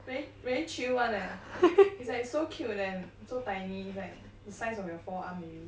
very very chill one leh it's like so cute and so tiny like the size of your forearm maybe